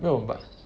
no but